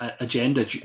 agenda